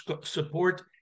support